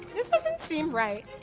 this doesn't seem right.